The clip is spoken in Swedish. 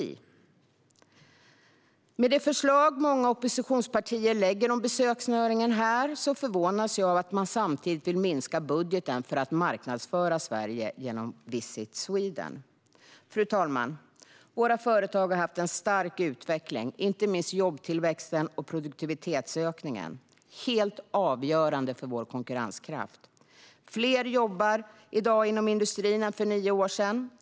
Med tanke på de förslag många oppositionspartier lägger fram om besöksnäringen förvånas jag av att man samtidigt vill minska budgeten för att marknadsföra Sverige genom Visit Sweden. Fru talman! Våra företag har haft en stark utveckling. Det gäller inte minst jobbtillväxten och produktivitetsökningen. Detta är helt avgörande för vår konkurrenskraft. Fler jobbar i dag inom industrin än för nio år sedan.